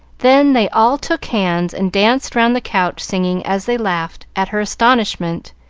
then they all took hands and danced round the couch, singing, as they laughed at her astonishment,